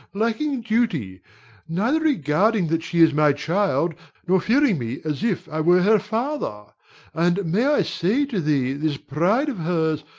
lacking duty neither regarding that she is my child nor fearing me as if i were her father and, may i say to thee, this pride of hers,